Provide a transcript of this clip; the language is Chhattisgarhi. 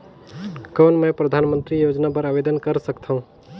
कौन मैं परधानमंतरी योजना बर आवेदन कर सकथव?